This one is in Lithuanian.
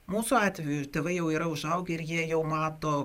mūsų atveju tėvai jau yra užaugę ir jie jau mato